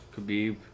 Khabib